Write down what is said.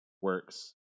works